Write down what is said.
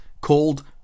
called